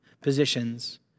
positions